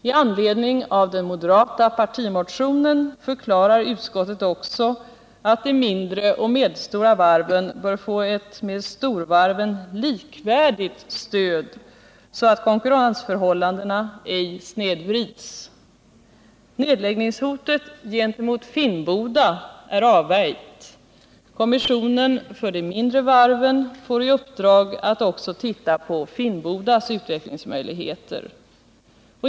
Tanledning av den moderata partimotionen förklarar utskottet också att de mindre och medelstora varven bör få ett med storvarven likvärdigt stöd så att konkurrensförhållandena ej snedvrids. Nedläggningshotet gentemot Finnboda är avvärjt. Kommissionen för de mindre varven får i uppdrag att också titta på Finnbodas utvecklingsmöjligheter.